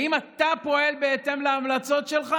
האם אתה פועל בהתאם להמלצות שלך